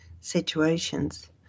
situations